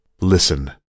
listen